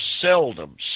seldom